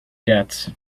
debts